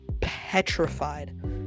petrified